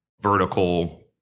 vertical